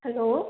hello